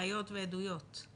ראיות ועדויות.